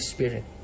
Spirit